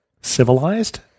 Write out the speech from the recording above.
civilized